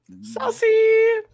Saucy